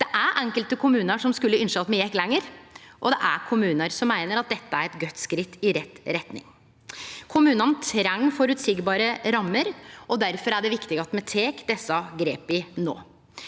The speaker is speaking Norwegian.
Det er enkelte kommunar som skulle ynskje me gjekk lenger, og det er kommunar som meiner dette er eit godt skritt i rett retning. Kommunane treng føreseielege rammer, og difor er det viktig at me tek desse grepa no.